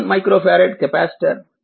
1 micro farad capacitor క్షమించండి 0